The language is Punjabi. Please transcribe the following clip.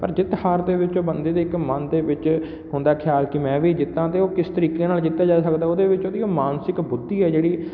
ਪਰ ਜਿੱਤ ਹਾਰ ਦੇ ਵਿੱਚ ਬੰਦੇ ਦੇ ਇੱਕ ਮਨ ਦੇ ਵਿੱਚ ਹੁੰਦਾ ਖਿਆਲ ਕਿ ਮੈਂ ਵੀ ਜਿੱਤਾਂ ਅਤੇ ਉਹ ਕਿਸ ਤਰੀਕੇ ਨਾਲ ਜਿੱਤਿਆ ਜਾ ਸਕਦਾ ਓਹਦੇ ਵਿੱਚ ਉਹਦੀਆਂ ਮਾਨਸਿਕ ਬੁੱਧੀ ਆ ਜਿਹੜੀ